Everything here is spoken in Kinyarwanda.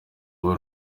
ubu